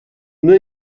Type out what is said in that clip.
nur